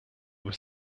was